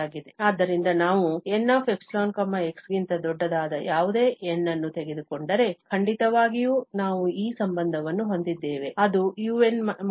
ಆದ್ದರಿಂದ ನಾವು Nϵ x ಗಿಂತ ದೊಡ್ಡದಾದ ಯಾವುದೇ n ಅನ್ನು ತೆಗೆದುಕೊಂಡರೆ ಖಂಡಿತವಾಗಿಯೂ ನಾವು ಈ ಸಂಬಂಧವನ್ನು ಹೊಂದಿದ್ದೇವೆ ಅದು |un − 0| ϵ